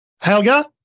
helga